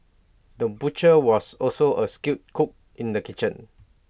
the butcher was also A skilled cook in the kitchen